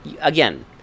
Again